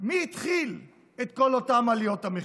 מי התחיל את כל אותן עליות מחירים?